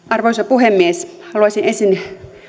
arvoisa puhemies haluaisin ensin